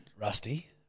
Rusty